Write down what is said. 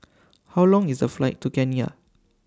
How Long IS The Flight to Kenya